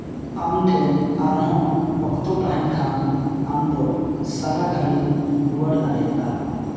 ᱟᱢᱴᱷᱮᱱ ᱟᱨᱦᱚᱸ ᱚᱠᱛᱚ ᱛᱟᱦᱮᱱ ᱠᱷᱟᱱ ᱟᱢᱫᱚ ᱥᱟᱨᱟ ᱜᱷᱟᱹᱲᱤᱢ ᱨᱩᱣᱟᱹᱲ ᱫᱟᱲᱮᱭᱟᱜᱼᱟ